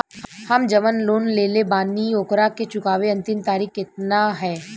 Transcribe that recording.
हम जवन लोन लेले बानी ओकरा के चुकावे अंतिम तारीख कितना हैं?